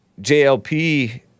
JLP